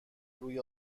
روی